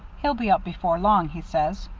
he'll be up before long, he says.